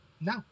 No